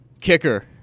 Kicker